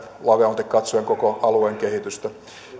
laveammalti katsoen koko alueen kehitystä